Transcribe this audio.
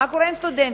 מה קורה עם הסטודנטים?